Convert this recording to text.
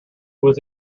was